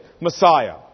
Messiah